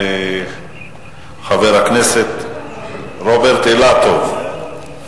חבר הכנסת רוברט אילטוב,